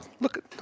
Look